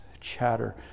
chatter